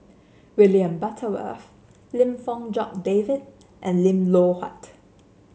William Butterworth Lim Fong Jock David and Lim Loh Huat